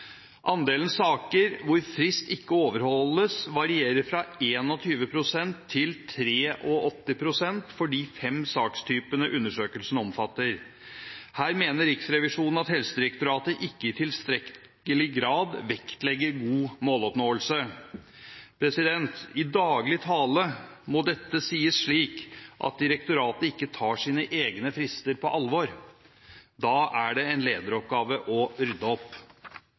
Andelen saker hvor fristen ikke overholdes, varierer fra 21 pst. til 83 pst. for de fem sakstypene undersøkelsen omfatter. Her mener Riksrevisjonen at Helsedirektoratet ikke i tilstrekkelig grad vektlegger god måloppnåelse. I dagligtale vil dette si at direktoratet ikke tar sine egne frister på alvor. Da er det en lederoppgave å rydde opp.